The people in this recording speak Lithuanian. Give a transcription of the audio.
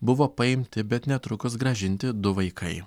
buvo paimti bet netrukus grąžinti du vaikai